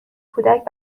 کودک